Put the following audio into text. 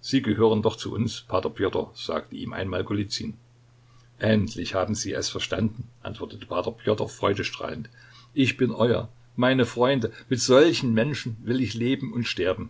sie gehören doch zu uns p pjotr sagte ihm einmal golizyn endlich haben sie es verstanden antwortete p pjotr freudestrahlend ich bin euer meine freunde mit solchen menschen will ich leben und sterben